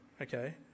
okay